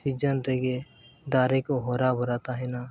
ᱨᱮᱜᱮ ᱫᱟᱨᱮ ᱠᱚ ᱦᱚᱨᱟᱵᱚᱨᱟ ᱛᱟᱦᱮᱱᱟ